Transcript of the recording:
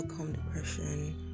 depression